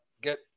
get